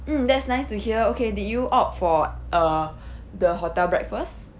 mm that's nice to hear okay did you opt for uh the hotel breakfast